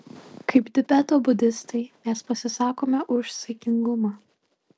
kaip tibeto budistai mes pasisakome už saikingumą